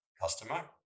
customer